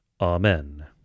Amen